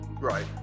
Right